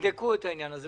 ערן, תבדקו את העניין הזה.